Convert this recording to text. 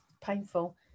painful